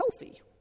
healthy